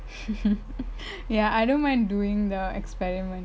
ya I don't mind doing the experiment